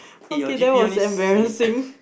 eh your G_P A only C